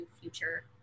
future